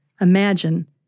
Imagine